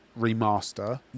remaster